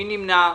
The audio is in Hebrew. מי נמנע?